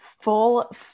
full